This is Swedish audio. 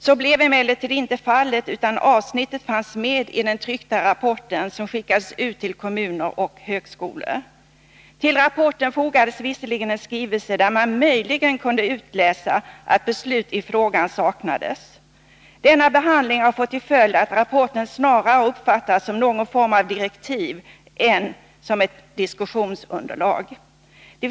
Så blev emellertid inte fallet, utan avsnittet fanns med i den tryckta rapport som skickades ut till kommuner och högskolor. Till rapporten fogades visserligen en skrivelse, där man möjligen kunde utläsa att beslut i frågan saknades. Denna behandling har fått till följd att rapporten har uppfattats snarare som någon form av direktiv än som ett diskussionsunderlag.